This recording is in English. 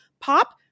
POP